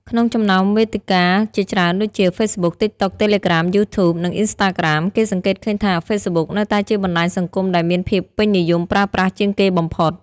ក្នុងចំណោមវេទិកាជាច្រើនដូចជា ហ្វេសប៊ុក ទីកតុក តេឡេក្រាម យូ ធូប និង អ៊ីនស្តាក្រាម គេសង្កេតឃើញថា ហ្វេសប៊ុក នៅតែជាបណ្តាញសង្គមដែលមានភាពពេញនិយមប្រើប្រាស់ជាងគេបំផុត។